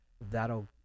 that'll